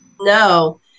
No